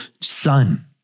son